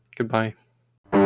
Goodbye